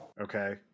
Okay